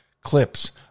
clips